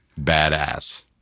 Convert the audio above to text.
Badass